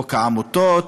חוק העמותות,